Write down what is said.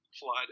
flood